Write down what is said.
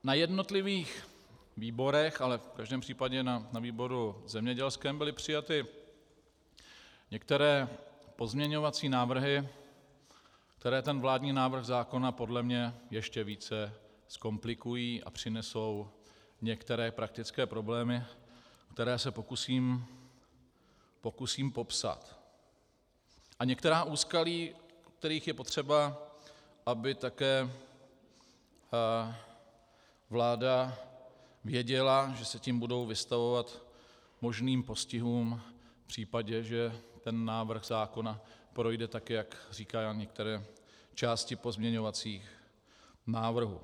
Na jednotlivých výborech, ale v každém případě na výboru zemědělském byly přijaty některé pozměňovací návrhy, které ten vládní návrh zákona ještě více zkomplikují a přinesou některé praktické problémy, které se pokusím popsat, a některá úskalí, u kterých je potřeba, aby také vláda věděla, že se tím budou vystavovat možným postihům v případě, že návrh zákona projde tak, jak říkají některé části pozměňovacích návrhů.